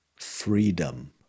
freedom